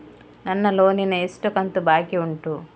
ನನ್ನ ಲೋನಿನ ಎಷ್ಟು ಕಂತು ಬಾಕಿ ಉಂಟು?